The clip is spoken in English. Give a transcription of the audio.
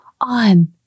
on